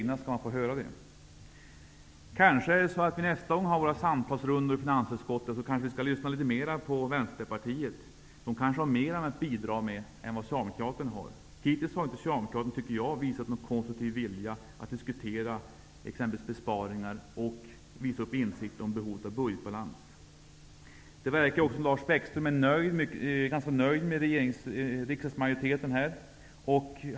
När vi nästa gång har våra samtalsrundor i finansutskottet kanske vi skall lyssna litet mer på Vänsterpartiet; de kanske har mer att bidra med än vad Socialdemokraterna har. Hittills har inte Socialdemokraterna visat någon konstruktiv vilja att diskutera exempelvis besparingar, eller visat insikt om budgetbalans. Det verkar som om Lars Bäckström är ganska nöjd med riksdagsmajoriteten.